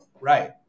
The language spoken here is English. Right